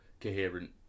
coherent